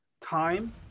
time